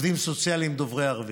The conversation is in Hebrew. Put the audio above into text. עובדים סוציאליים דוברי ערבית.